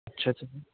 ਅੱਛਾ ਅੱਛਾ ਜੀ